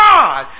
God